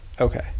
Okay